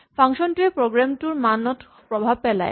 function টোৱে programme টোৰ মানত প্ৰভাৱ পেলায়